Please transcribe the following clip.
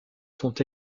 sont